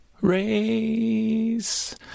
Race